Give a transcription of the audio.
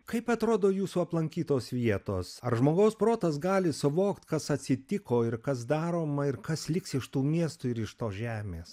kaip atrodo jūsų aplankytos vietos ar žmogaus protas gali suvokt kas atsitiko ir kas daroma ir kas liks iš tų miestų ir iš tos žemės